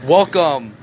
Welcome